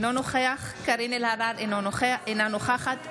אינו נוכח קארין אלהרר, אינה נוכחת